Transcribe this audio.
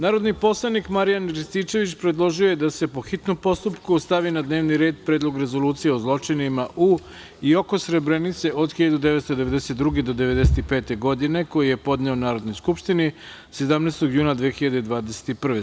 Narodni poslanik Marijan Rističević predložio je da se, po hitnom postupku, stavi na dnevni red – Predlog rezolucije o zločinima u i oko Srebrenice od 1992. do 1995. godine, koji je podneo Narodnoj skupštini 17. juna 2021. godine.